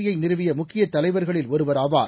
யை நிறுவிய முக்கியத் தலைவர்களில் ஒருவர் ஆவார்